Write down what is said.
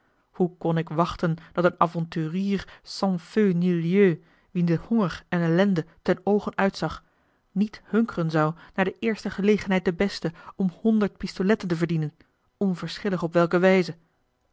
hoe kon ik wachten dat een avonturier sans feu ni lieu wien de honger en ellende ten oogen uitzag niet hunkeren zou naar de eerste gelegenheid de beste om honderd pistoletten te verdienen onverschillig op welke wijze